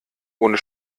ohne